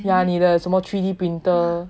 yeah 你的什么 three D printer